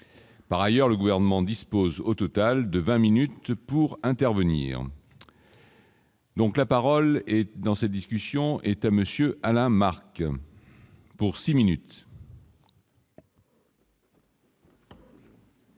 par ailleurs le gouvernement dispose au total de 20 minutes pour intervenir. Donc la parole et, dans cette discussion est à monsieur Alain Marc, pour 6 minutes.